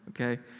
okay